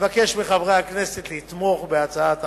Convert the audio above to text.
אני מבקש מחברי הכנסת לתמוך בהצעת החוק.